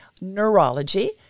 Neurology